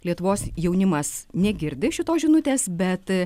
lietuvos jaunimas negirdi šitos žinutės bet